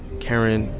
karen,